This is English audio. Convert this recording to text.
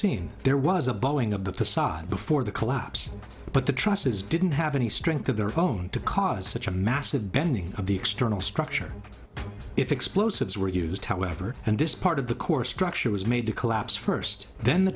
seen there was a blowing of the facade before the collapse but the trusses didn't have any strength of their own to cause such a massive bending of the external structure if explosives were used however and this part of the core structure was made to collapse first then the